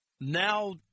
now